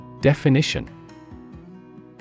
Definition